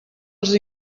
els